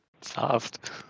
Soft